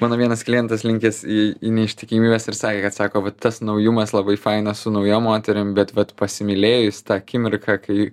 mano vienas klientas linkęs į į neištikimybes ir sakė kad sako va tas naujumas labai faina su nauja moterim bet vat pasimylėjus tą akimirką kai